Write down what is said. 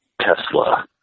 Tesla